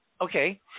Okay